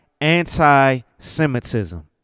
anti-Semitism